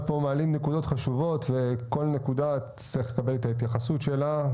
אבל פה מעלים נקודות חשובות וכל נקודה תצטרך לקבל את ההתייחסות שלה,